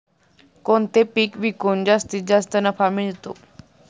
कोणते पीक विकून जास्तीत जास्त नफा मिळतो?